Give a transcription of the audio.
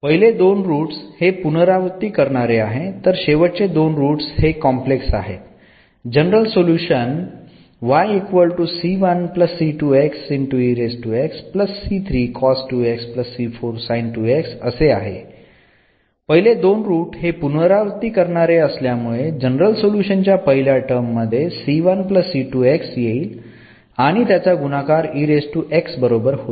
पहिले दोन रूटस हे पुनरावृत्ती करणारे आहेत तर शेवटचे दोन रूटस हे कॉम्प्लेक्स आहेत जनरल सोल्युशन हे पुढीलप्रमाणे येईल पहिले दोन रूट हे पुनरावृत्ती करणारे असल्यामुळे जनरल सोल्युशन च्या पहिल्या टर्म मध्ये येईल आणि त्याचा गुणाकार बरोबर होईल